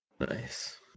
Nice